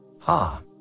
Ha